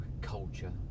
Culture